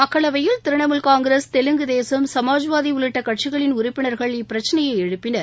மக்களவையில் திரிணாமுல் காங்கிரஸ் தெலுங்கு தேசம் சமாஜ்வாதி கட்சிகளின் உறுப்பினர்கள் உள்ளிட்ட கட்சிகளின் உறுப்பினர்கள் இப்பிரச்சினையை எழுப்பினர்